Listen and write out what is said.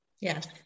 Yes